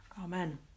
Amen